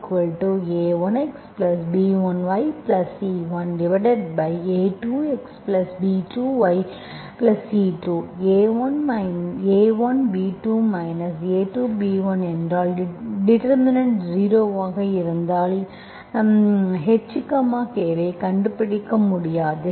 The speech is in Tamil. a1b2 a2b1 என்றால் டிடெர்மினன்ட் ஜீரோ ஆக இருந்தால் எனது h k ஐ கண்டுபிடிக்க முடியாது